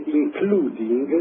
including